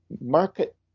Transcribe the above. market